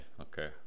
okay